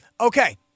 okay